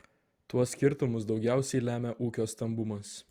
tuos skirtumus daugiausiai lemia ūkio stambumas